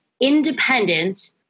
independent